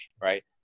right